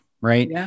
Right